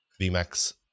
V-Max